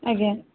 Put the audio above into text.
ଆଜ୍ଞା